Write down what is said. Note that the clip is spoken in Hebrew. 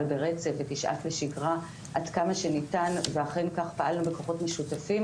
ברצף ותשאף לשגרה עד כמה שניתן ואכן כך פעלנו בכוחות משותפים